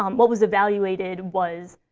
um what was evaluated was